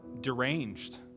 deranged